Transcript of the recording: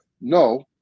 No